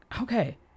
okay